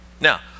Now